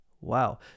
Wow